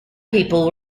people